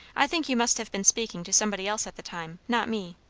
i think you must have been speaking to somebody else at the time not me.